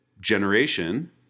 generation